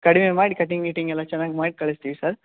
ಕಡಿಮೆ ಮಾಡಿ ಕಟ್ಟಿಂಗ್ ಗಿಟಿಂಗ್ ಎಲ್ಲ ಚೆನ್ನಾಗಿ ಮಾಡಿ ಕಳಿಸ್ತೀವಿ ಸರ್